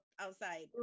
outside